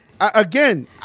again